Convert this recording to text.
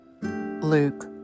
Luke